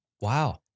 Wow